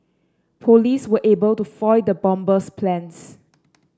police were able to foil the bomber's plans